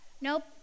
nope